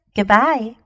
Goodbye